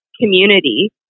community